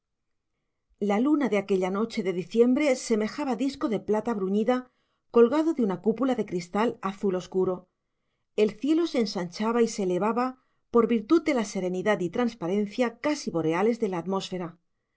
la luna de aquella noche de diciembre semejaba disco de plata bruñida colgado de una cúpula de cristal azul oscuro el cielo se ensanchaba y se elevaba por virtud de la serenidad y transparencia casi boreales de la atmósfera